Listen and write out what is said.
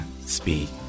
speak